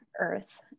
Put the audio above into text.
earth